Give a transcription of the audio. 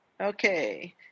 okay